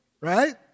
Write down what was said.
right